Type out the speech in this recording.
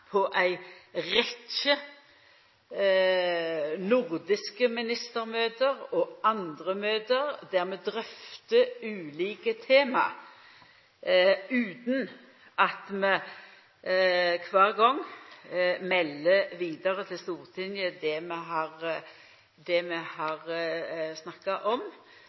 på ei rekkje nordiske ministermøte og andre møte der vi drøftar ulike tema, utan at vi kvar gong melder vidare til Stortinget det vi har snakka om.